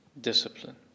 discipline